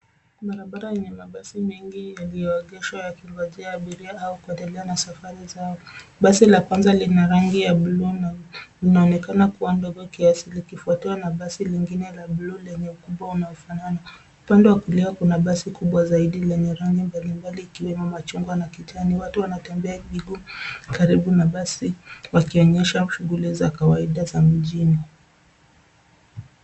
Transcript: Barabara yenye mabasi mengi yaliyoegeshwa yakingojea abiria au kuendelea na safari zao. Basi la kwanza lina rangi ya bluu na inaonekana kuwa ndogo kiasi likifuatwa na basi lingine la bluu lenye ukubwa unaofanana. Upande wa kulia kuna basi zaidi lenye rangi mbalimbali ikiwemo machungwa na kijani. Watu wanatembea miguu karibu na basi wakionyesha shughuli za kawaida za mjini.